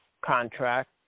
contract